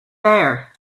there